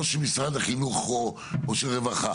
של משרד החינוך או של משרד הרווחה.